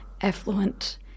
affluent